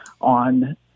on